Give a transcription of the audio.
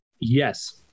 Yes